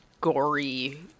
gory